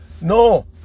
no